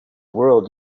world